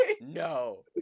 No